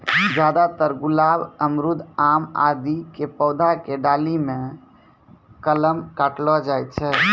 ज्यादातर गुलाब, अमरूद, आम आदि के पौधा के डाली मॅ कलम काटलो जाय छै